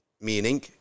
meaning